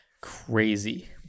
Crazy